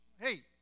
Hey